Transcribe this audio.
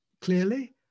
clearly